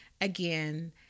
Again